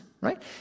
right